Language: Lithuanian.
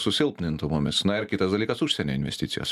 susilpnintų mumis na ir kitas dalykas užsienio investicijos